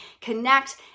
connect